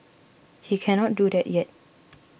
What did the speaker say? he cannot do that yet